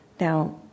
Now